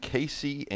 Casey